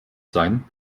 sein